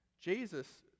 Jesus